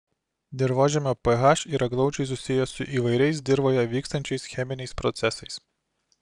dirvožemio ph yra glaudžiai susijęs su įvairiais dirvoje vykstančiais cheminiais procesais